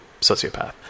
sociopath